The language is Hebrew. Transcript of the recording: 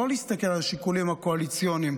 לא להסתכל על השיקולים הקואליציוניים,